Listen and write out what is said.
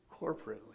corporately